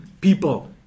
people